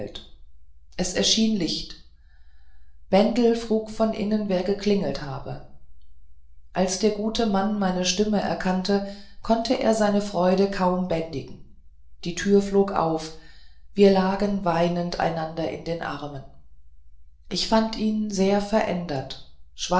es erschien licht bendel frug von innen wer geklingelt habe als der gute mann meine stimme erkannte konnte er seine freude kaum bändigen die tür flog auf wir lagen weinend einander in den armen ich fand ihn sehr verändert